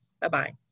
Bye-bye